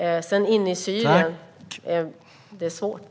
Inne i Syrien är det dock svårt.